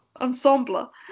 Ensemble